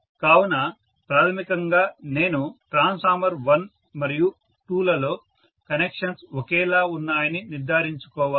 కావున ప్రాథమికంగా నేను ట్రాన్స్ఫార్మర్ 1 మరియు 2 లలో కనెక్షన్స్ ఒకేలా ఉన్నాయని నిర్ధారించుకోవాలి